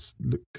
look